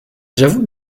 j’avoue